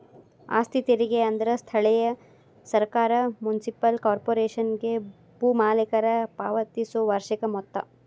ಆಸ್ತಿ ತೆರಿಗೆ ಅಂದ್ರ ಸ್ಥಳೇಯ ಸರ್ಕಾರ ಮುನ್ಸಿಪಲ್ ಕಾರ್ಪೊರೇಶನ್ಗೆ ಭೂ ಮಾಲೇಕರ ಪಾವತಿಸೊ ವಾರ್ಷಿಕ ಮೊತ್ತ